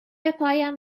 پایم